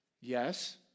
Yes